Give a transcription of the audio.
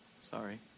Sorry